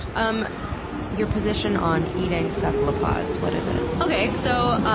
um your position on eating cephalopods what is it? okay, so,